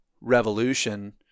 revolution